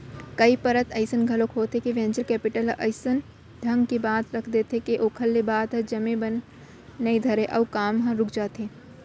कई परत अइसन घलोक होथे के वेंचर कैपिटल ह अइसन ढंग के बात रख देथे के ओखर ले बात ह जमे बर नइ धरय अउ काम ह रुक जाथे